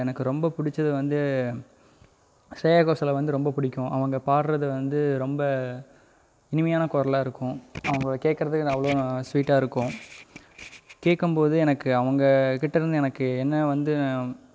எனக்கு ரொம்ப பிடிச்சது வந்து ஷ்ரேயா கோஷல் வந்து ரொம்ப பிடிக்கும் அவங்க பாடுறது வந்து ரொம்ப இனிமையான குரலா இருக்கும் அவங்க கேட்குறதுக்கு அவ்வளோ ஸ்வீட்டாக இருக்கும் கேட்கும்போது எனக்கு அவங்கக்கிட்டேருந்து எனக்கு என்ன வந்து